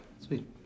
Sweet